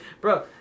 Bro